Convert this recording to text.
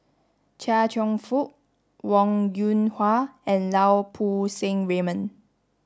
Chia Cheong Fook Wong Yoon Wah and Lau Poo Seng Raymond